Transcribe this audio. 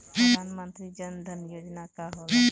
प्रधानमंत्री जन धन योजना का होला?